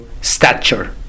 stature